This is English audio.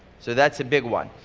so that's a big one.